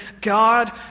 God